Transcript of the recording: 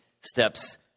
steps